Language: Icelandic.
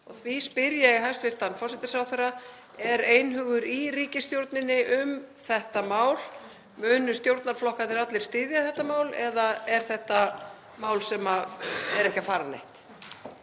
Því spyr ég hæstv. forsætisráðherra: Er einhugur í ríkisstjórninni um þetta mál? Munu stjórnarflokkarnir allir styðja þetta mál eða er þetta mál sem er ekki að fara neitt?